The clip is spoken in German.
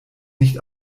nicht